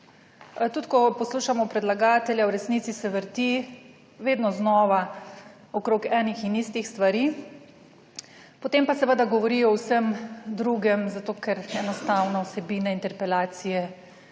Tudi, ko poslušamo predlagatelja, v resnici se vrti vedno znova okrog enih in istih stvari, potem pa seveda govori o vsem drugem, zato ker enostavno vsebine interpelacije